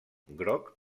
groc